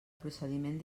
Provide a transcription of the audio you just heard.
procediment